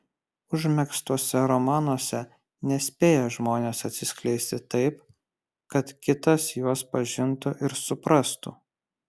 užmegztuose romanuose nespėja žmonės atsiskleisti taip kad kitas juos pažintų ir suprastų